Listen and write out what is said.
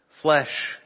flesh